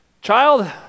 child